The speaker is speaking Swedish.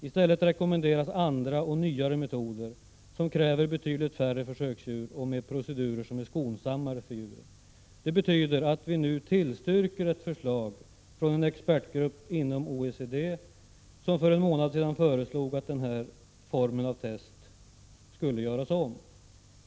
I stället rekommenderas andra och nyare metoder, som kräver betydligt färre försöksdjur och med procedurer som är skonsammare för djuren. — Det betyder att vi nu tillstyrker ett förslag från en expertgrupp inom OECD, som för en månad sedan föreslog att den här formen av test skulle göras om.